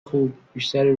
خوب، بیشتر